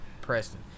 Preston